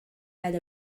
had